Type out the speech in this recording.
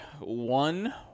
one